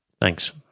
Thanks